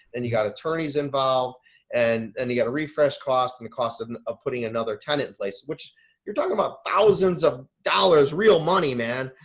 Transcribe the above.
and you got attorneys involved and and you got a refresh cost and the cost of and of putting another tenant in place, which you're talking about thousands of dollars, real money, man.